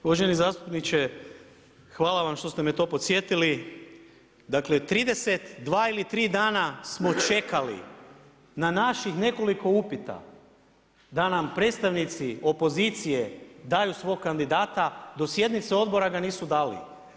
Uvažni zastupniče, hvala vam što ste me to podsjetili, dakle 32 ili 3 dana, smo čekali, na naših nekoliko upita, da nam predstavnici opozicije daju svog kandidata, do sjednice odbora ga nisu dali.